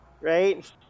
right